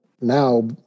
now